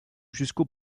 jusqu’au